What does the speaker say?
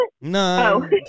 No